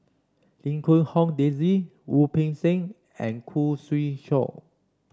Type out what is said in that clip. Lim Quee Hong Daisy Wu Peng Seng and Khoo Swee Chiow